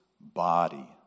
body